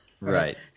Right